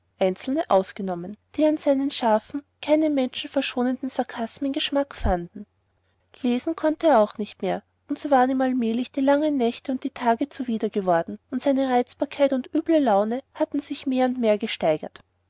einzelne ausgenommen die an seinen scharfen keinen menschen verschonenden sarkasmen geschmack fanden lesen konnte er auch nicht immer und so waren ihm allmählich die langen nächte und die tage zuwider geworden und seine reizbarkeit und üble laune hatten sich mehr und mehr gesteigert